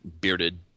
bearded